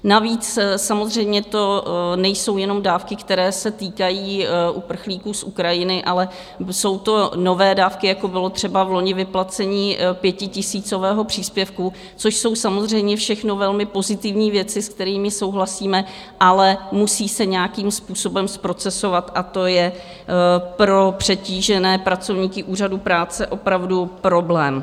Navíc samozřejmě to nejsou jenom dávky, které se týkají uprchlíků z Ukrajiny, ale jsou to nové dávky, jako bylo třeba vloni vyplacení pětitisícového příspěvku, což jsou samozřejmě všechno velmi pozitivní věci, s kterými souhlasíme, ale musí se nějakým způsobem zprocesovat, a to je pro přetížené pracovníky Úřadu práce opravdu problém.